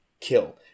kill